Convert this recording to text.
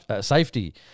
safety